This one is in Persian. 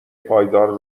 پایدار